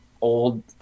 old